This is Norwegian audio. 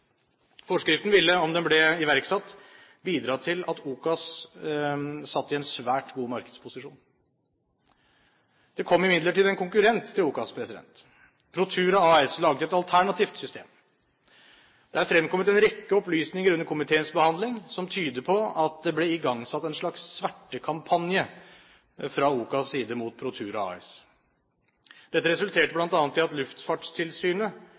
Forskriften ville, om den ble iverksatt, bidra til at OCAS satt i en svært god markedsposisjon. Det kom imidlertid en konkurrent til OCAS. Protura AS laget et alternativt system. Det er fremkommet en rekke opplysninger under komiteens behandling som tyder på at det ble igangsatt en slags svertekampanje fra OCAS’ side mot Protura AS. Dette resulterte bl.a. i at Luftfartstilsynet